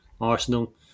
Arsenal